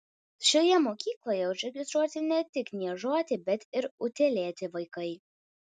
šioje mokykloje užregistruoti ne tik niežuoti bet ir utėlėti vaikai